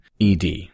ED